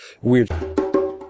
weird